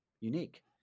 unique